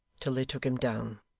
till they took him down.